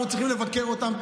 אנחנו צריכים לבקר אותם,